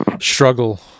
struggle